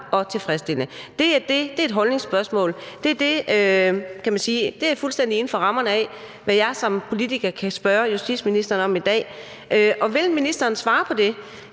og tilfredsstillende? Det er et holdningsspørgsmål. Det er fuldstændig inden for rammerne af, hvad jeg som politiker kan spørge justitsministeren om i dag. Vil ministeren svare på det?